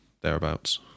thereabouts